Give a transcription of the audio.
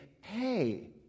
hey